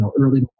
early